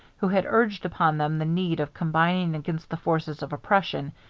who had urged upon them the need of combining against the forces of oppression,